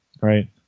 Right